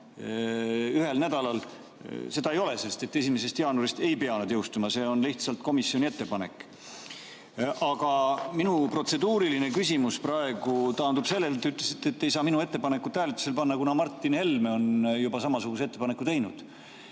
ühel nädalal, ei ole, sest 1. jaanuarist ei pea need seadused jõustuma, see on lihtsalt komisjoni ettepanek. Aga minu protseduuriline küsimus praegu taandub sellele. Te ütlesite, et te ei saa minu ettepanekut hääletusele panna, kuna Martin Helme on juba samasuguse ettepaneku teinud.